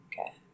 Okay